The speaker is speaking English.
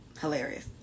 hilarious